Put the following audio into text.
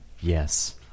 Yes